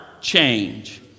change